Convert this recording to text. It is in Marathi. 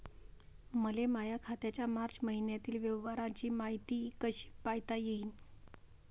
मले माया खात्याच्या मार्च मईन्यातील व्यवहाराची मायती कशी पायता येईन?